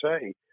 say